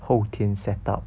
后天 set up